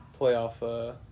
playoff